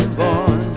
born